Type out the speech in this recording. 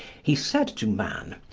he said to man,